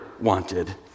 wanted